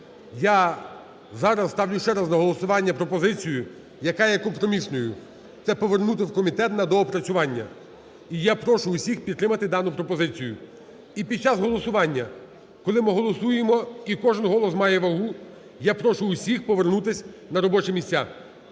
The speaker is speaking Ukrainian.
я зараз ставлю ще раз на голосування пропозицію, яка є компромісною, - це повернути в комітет на доопрацювання. І я прошу усіх підтримати дану пропозицію. І під час голосування, коли ми голосуємо і кожен голос має вагу, я прошу усіх повернутись на робочі місця.